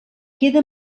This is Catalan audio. queda